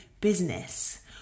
business